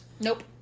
Nope